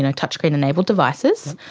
and touchscreen enabled devices.